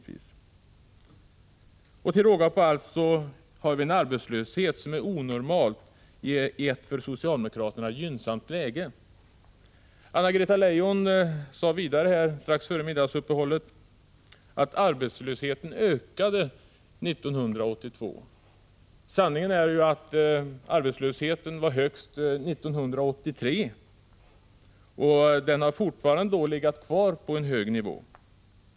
Till råga på allt har vi en arbetslöshet som är onormalt stor i ett för socialdemokraterna gynnsamt läge. Anna-Greta Leijon sade strax före middagsuppehållet att arbetslösheten ökade 1982. Sanningen är ju att arbetslösheten var högst 1983, och den ligger fortfarande på en hög nivå.